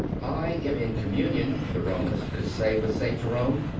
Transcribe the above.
i am in communion, the romanist could say with st. jerome,